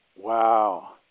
Wow